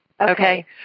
Okay